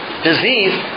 Disease